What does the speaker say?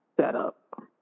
setup